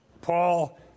Paul